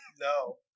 No